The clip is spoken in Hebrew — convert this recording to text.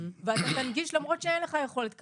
ואתה תנגיש למרות שאין לך יכולת כלכלית?